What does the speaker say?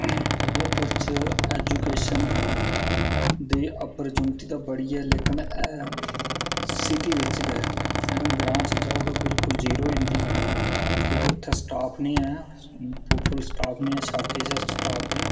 उधमपुर च ऐजुकेशन दी ऑपर्चूनटी ते बड़ी ऐ लेकिन ऐ ते सिटी बिच गै ते जे ग्रां च जाओ ते बिल्कुल जीरो होई जंदी ऐ कि जे उत्थै स्टाफ नीं होंदा शॉर्टेज ऐ स्टाफ दी